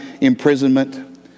imprisonment